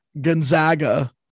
Gonzaga